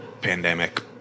pandemic